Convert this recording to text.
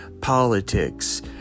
politics